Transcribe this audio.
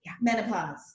menopause